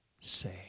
say